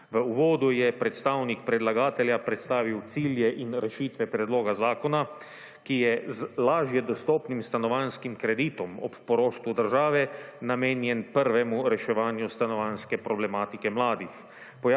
V uvodu je predstavnik predlagatelja predstavil cilje in rešitve Predloga zakona, ki je z lažje dostopnim stanovanjskim kreditom, ob poroštvu države, namenjen prvemu reševanju stanovanjske problematike mladih.